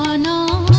ah no